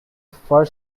far